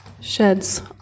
sheds